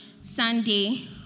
Sunday